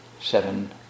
seven